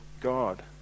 God